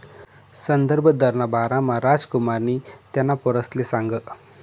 संदर्भ दरना बारामा रामकुमारनी त्याना पोरसले सांगं